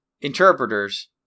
interpreters